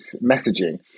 messaging